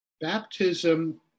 Baptism